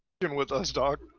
with us, dog.